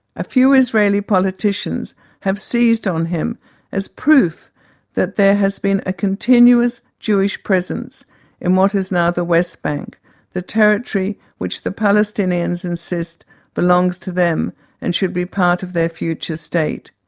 a few israeli politicians have seized on him as proof there has been a continuous jewish presence in what is now the west bank the territory which the palestinians insist belongs to them and should be part of their future state.